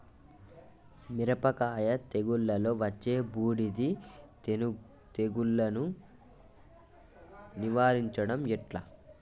మిరపకాయ తెగుళ్లలో వచ్చే బూడిది తెగుళ్లను నివారించడం ఎట్లా?